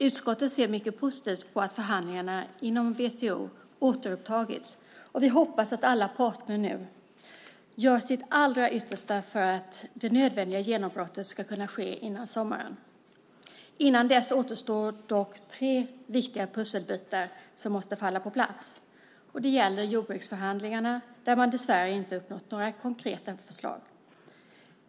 Utskottet ser mycket positivt på att förhandlingarna inom WTO återupptagits, och vi hoppas att alla parter nu gör sitt allra yttersta för att det nödvändiga genombrottet ska kunna ske innan sommaren. Innan dess återstår dock att tre viktiga pusselbitar måste falla på plats. Det gäller jordbruksförhandlingarna där man dessvärre inte uppnått några konkreta resultat.